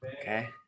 Okay